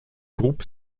groupe